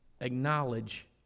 acknowledge